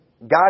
God